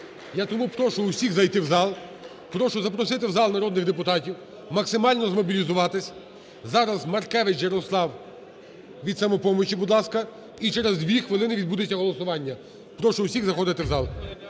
Я тому прошу усіх зайти в зал, прошу запросити в зал народних депутатів, максимально змобілізуватись. Зараз Маркевич Ярослав від "Самопомочі", будь ласка. І через 2 хвилини відбудеться голосування. Прошу усіх заходити в зал.